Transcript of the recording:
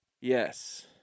Yes